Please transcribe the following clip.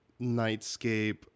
nightscape